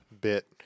bit